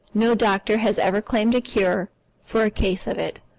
no doctor has ever claimed a cure for a case of it,